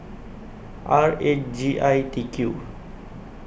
R eight G I T Q